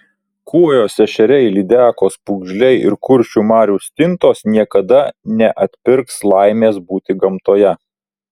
kuojos ešeriai lydekos pūgžliai ir kuršių marių stintos niekada neatpirks laimės būti gamtoje